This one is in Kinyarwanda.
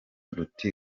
ruti